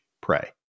pray